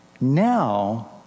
now